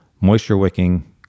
moisture-wicking